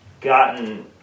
gotten